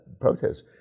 protests